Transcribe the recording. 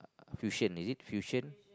fusion is it fusion